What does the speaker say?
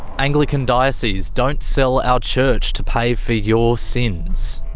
anglican diocese, don't sell our church to pay for your sins'.